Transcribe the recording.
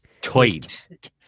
Tweet